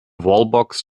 wallbox